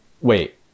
wait